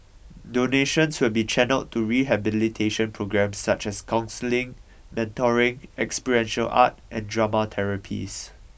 donations will be channelled to rehabilitation programmes such as counselling mentoring experiential art and drama therapies